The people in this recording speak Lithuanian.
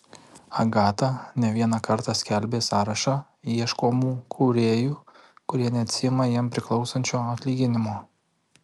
agata ne vieną kartą skelbė sąrašą ieškomų kūrėjų kurie neatsiima jiems priklausančio atlyginimo